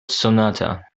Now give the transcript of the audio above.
sonata